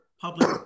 public